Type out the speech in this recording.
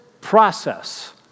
process